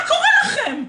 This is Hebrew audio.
מה קורה לכם?